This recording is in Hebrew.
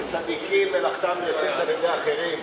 שצדיקים מלאכתם נעשית על-ידי אחרים,